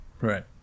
right